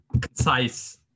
concise